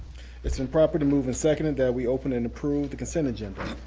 it's been properly moved and seconded that we open and approve the consent agenda.